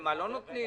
למה לא נותנים.